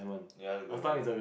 ya that's a good investment